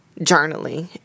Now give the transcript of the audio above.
journaling